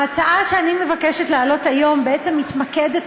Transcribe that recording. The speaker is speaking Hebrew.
ההצעה שאני מבקשת להעלות היום בעצם מתמקדת